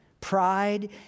Pride